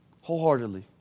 wholeheartedly